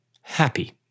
happy